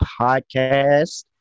Podcast